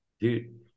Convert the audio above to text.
Dude